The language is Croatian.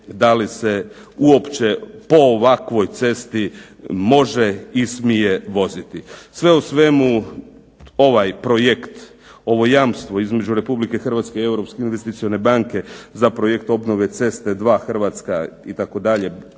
da li se uopće po ovakvoj cesti može i smije voziti. Sve u svemu, ovaj projekt, ovo jamstvo između Republike Hrvatske i Europske investicijske banke za Projekt obnove ceste II (Hrvatska) itd.,